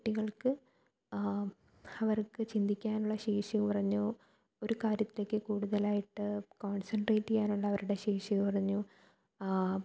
കുട്ടികൾക്ക് അവർക്ക് ചിന്തിക്കാനുള്ള ശേഷി കുറഞ്ഞു ഒരു കാര്യത്തിലെക്ക് കൂടുതലായിട്ട് കോൺസെൻട്രേറ്റ് ചെയ്യാനുള്ളവരുടെ ശേഷി കുറഞ്ഞു